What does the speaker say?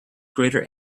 greater